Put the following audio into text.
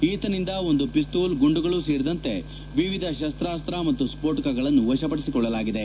ಈತನಿಂದ ಒಂದು ಪಿಸ್ತೂಲ್ ಗುಂಡುಗಳು ಸೇರಿದಂತೆ ವಿವಿಧ ಶಸ್ತಾಸ್ತ ಮತ್ತು ಸ್ತೋಟಕಗಳನ್ನು ವಶಪಡಿಸಿಕೊಳ್ಳಲಾಗಿದೆ